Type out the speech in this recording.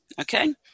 okay